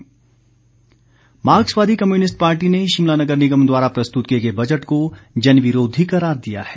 माकपा मार्क्सवादी communist party ने शिमला नगर निगम द्वारा प्रस्तुत किए गए बजट को जनविरोधी करार दिया है